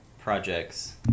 projects